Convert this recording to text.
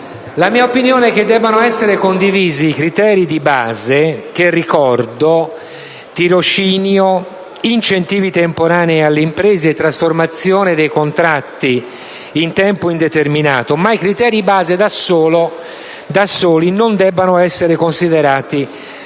La mia opinione è che debbano essere condivisi i criteri di base (che ricordo: tirocinio, incentivi temporanei alle imprese, trasformazione dei contratti in tempo indeterminato), ma anche che i criteri di base da soli non debbano essere considerati